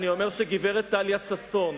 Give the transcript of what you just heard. שיש חוקים